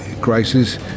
crisis